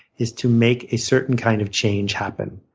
is to make a certain kind of change happen.